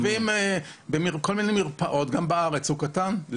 יש ילד קטן פיזית,